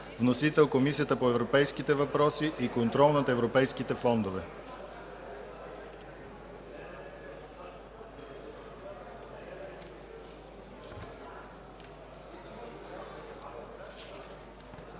Вносител е Комисията по европейските въпроси и контрол на европейските фондове.